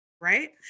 Right